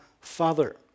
Father